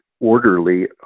orderly